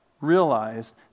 realized